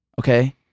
okay